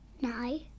No